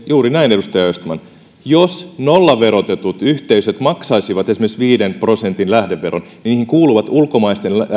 juuri näin edustaja östman jos nollaverotetut yhteisöt maksaisivat esimerkiksi viiden prosentin lähdeveron niihin kuuluvat ulkomaisten